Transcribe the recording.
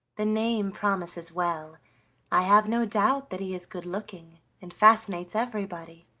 the name promises well i have no doubt that he is good looking and fascinates everybody.